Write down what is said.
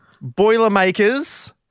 Boilermakers